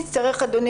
הצעה.